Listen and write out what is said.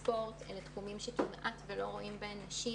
ספורט אלו תחומים שכמעט ולא רואים בהן נשים.